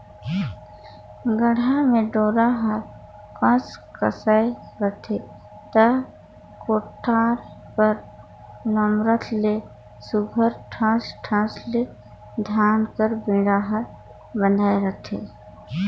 गाड़ा म डोरा हर कसकसाए रहथे ता कोठार कर लमरत ले सुग्घर ठस ठस ले धान कर बीड़ा हर बंधाए रहथे